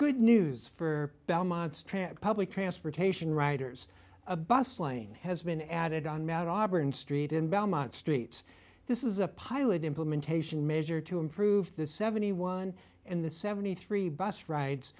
good news for belmont public transportation writers a bus lane has been added on mount auburn street in belmont streets this is a pilot implementation measure to improve the seventy one and the seventy three bus rides